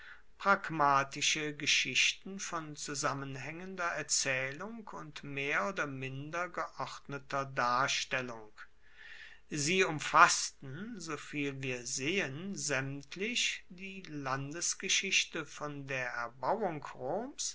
pragmatische geschichten von zusammenhaengender erzaehlung und mehr oder minder geordneter darstellung sie umfassten soviel wir sehen saemtlich die landesgeschichte von der erbauung